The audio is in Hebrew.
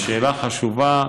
שאלה חשובה.